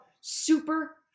super